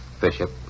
Bishop